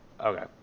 Okay